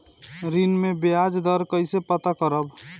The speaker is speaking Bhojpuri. ऋण में बयाज दर कईसे पता करब?